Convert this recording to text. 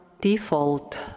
default